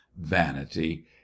Vanity